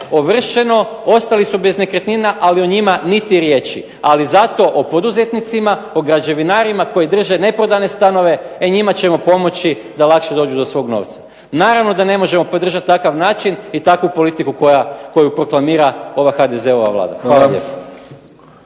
ovršeno, ostali su bez nekretnina, ali o njima niti riječi. Ali zato o poduzetnicima, o građevinarima koji drže neprodane stanove, e njima ćemo pomoći da lakše dođu do svog novca. Naravno da ne možemo podržati takav način i takvu politiku koju proklamira ova HDZ-ova Vlada. Hvala